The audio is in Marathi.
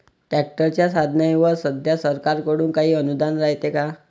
ट्रॅक्टरच्या साधनाईवर सध्या सरकार कडून काही अनुदान रायते का?